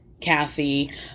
Kathy